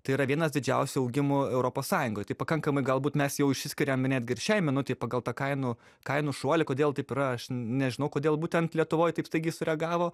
tai yra vienas didžiausių augimų europos sąjungoj tai pakankamai galbūt mes jau išsiskiriam netgi ir šiai minutei pagal tą kainų kainų šuolį kodėl taip yra aš nežinau kodėl būtent lietuvoj taip staigiai sureagavo